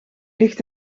ligt